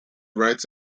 writes